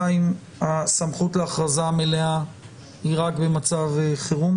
הסמכות להכרזה המלאה היא רק במצב חירום.